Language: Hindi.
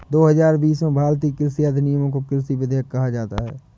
दो हजार बीस के भारतीय कृषि अधिनियमों को कृषि विधेयक कहा जाता है